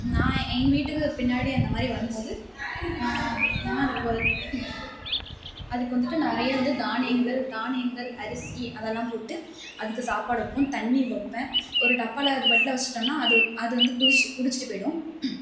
நான் எங்கள் வீட்டுக்கு பின்னாடி அந்த மாதிரி வரும்போது அதுக்கு வந்துட்டு நிறைய இது தானியங்கள் தானியங்கள் அரிசி அதெல்லாம் போட்டு அதுக்கு சாப்பாடு வைப்போம் தண்ணி வைப்பேன் ஒரு டப்பாவில் அது பெட்டில் வைச்சுட்டோம்னா அது அது வந்து குடிச் குடிச்சுட்டு போயிடும்